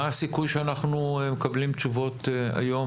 מה הסיכוי שאנחנו מקבלים תשובות היום,